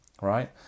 Right